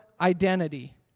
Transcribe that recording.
identity